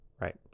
right